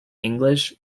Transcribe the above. english